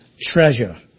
treasure